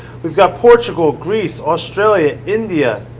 we've got portugal greece, australia, india,